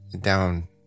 down